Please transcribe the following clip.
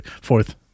fourth